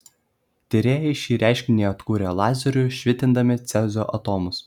tyrėjai šį reiškinį atkūrė lazeriu švitindami cezio atomus